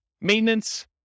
Maintenance